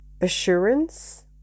assurance